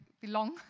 belong